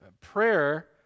Prayer